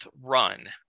run